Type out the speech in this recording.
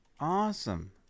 awesome